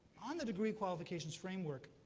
on the degree qualifications framework,